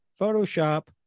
photoshop